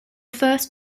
first